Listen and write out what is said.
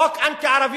חוק אנטי-ערבי,